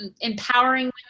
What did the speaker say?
empowering